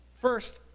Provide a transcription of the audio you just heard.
First